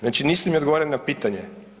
Znači niste mi odgovorili na pitanje.